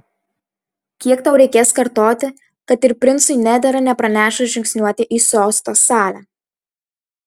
kiek tau reikės kartoti kad ir princui nedera nepranešus žingsniuoti į sosto salę